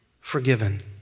forgiven